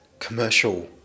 Commercial